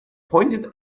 pointed